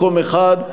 מקום אחד.